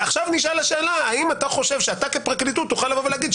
עכשיו נשאלת השאלה האם אתה חושב שאתה כפרקליטות תוכל לבוא ולהגיד,